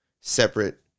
separate